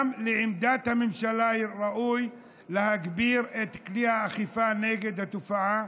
גם לעמדת הממשלה ראוי להגביר את כלי האכיפה נגד התופעה,